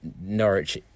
Norwich